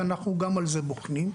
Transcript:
ואנחנו גם את זה בוחנים,